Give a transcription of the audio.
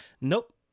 nope